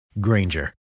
Granger